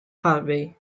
harvey